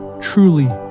Truly